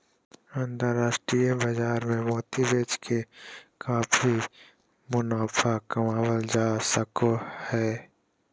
अन्तराष्ट्रिय बाजार मे मोती बेच के काफी मुनाफा कमावल जा सको हय